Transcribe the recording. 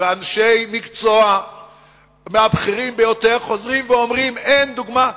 ואנשי מקצוע מהבכירים ביותר חוזרים ואומרים: אין דוגמה.